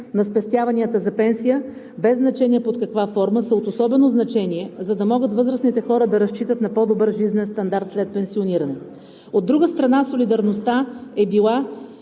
на спестяванията за пенсия, без значение под каква форма, са от особено значение, за да могат възрастните хора да разчитат на по-добър жизнен стандарт след пенсиониране. От друга страна, солидарността е била